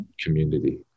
community